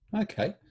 okay